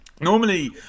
Normally